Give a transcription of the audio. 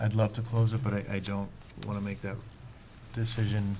i'd love to close about i don't want to make that decision